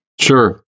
Sure